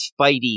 Spidey